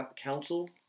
Council